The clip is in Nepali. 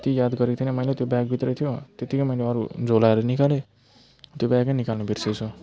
त्यति याद गरेको थिइनँ मैले त्यही ब्याग भित्र थियो त्यतिकै मैले अरू झोलाहरू निकाले त्यो ब्याग निकाल्नु बिर्सेछु